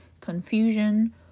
confusion